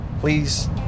please